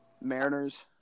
Mariners